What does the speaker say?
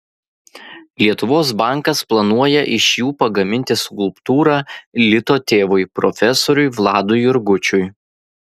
lietuvos bankas planuoja iš jų pagaminti skulptūrą lito tėvui profesoriui vladui jurgučiui